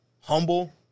humble